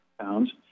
pounds